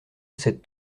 sept